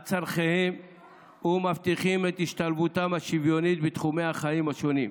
צורכיהם ומבטיחים את השתלבותם השוויונית בתחומי החיים השונים.